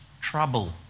trouble